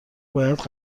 باید